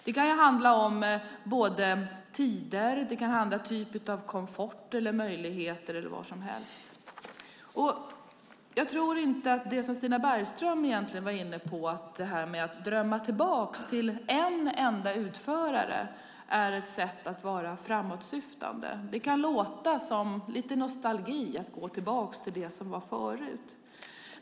Det kan handla om tider, olika typer av komfort eller möjligheter eller vad som helst. Jag tror inte att det som Stina Bergström var inne på, det här med att drömma sig tillbaka till tiden med en enda utförare, är ett sätt att vara framåtsyftande. Det kan låta som lite nostalgi att gå tillbaka till det som var förut.